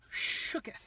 shooketh